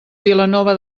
vilanova